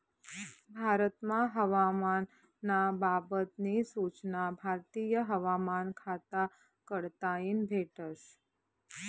भारतमा हवामान ना बाबत नी सूचना भारतीय हवामान खाता कडताईन भेटस